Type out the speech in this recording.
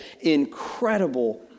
incredible